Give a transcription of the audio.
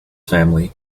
family